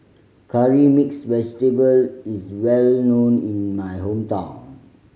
Curry Mixed Vegetable is well known in my hometown